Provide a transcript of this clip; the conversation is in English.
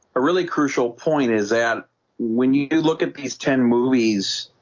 a really crucial point is that when you do look at these ten movies,